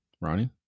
Ronnie